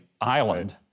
island